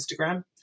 Instagram